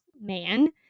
man